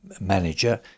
manager